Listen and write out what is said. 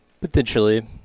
potentially